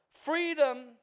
Freedom